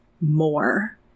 more